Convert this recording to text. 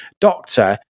Doctor